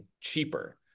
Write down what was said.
cheaper